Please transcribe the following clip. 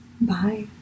Bye